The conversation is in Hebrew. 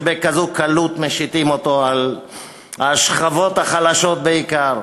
שבכזאת קלות משיתים אותו על השכבות החלשות בעיקר,